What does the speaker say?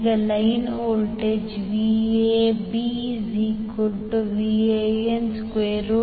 ಈಗ ಲೈನ್ ವೋಲ್ಟೇಜ್VabVan3∠30°1003∠10°30°V173